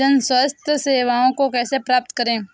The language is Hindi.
जन स्वास्थ्य सेवाओं को कैसे प्राप्त करें?